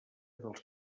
dels